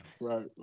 Right